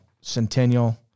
Centennial